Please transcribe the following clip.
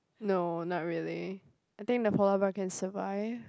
no not really I think the polar bear can survive